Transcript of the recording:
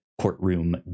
courtroom